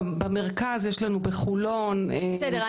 במרכז יש לנו בחולון --- בסדר,